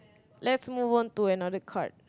let's move on to another card